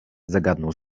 zagadnął